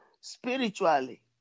spiritually